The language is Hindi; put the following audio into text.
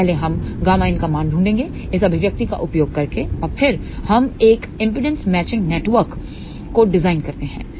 तो पहले हम Ƭin का मान ढूंढेंगे इस अभिव्यक्ति का उपयोग करके और फिर हम एक इंपेडेंस मैचिंग नेटवर्क को डिज़ाइन करते हैं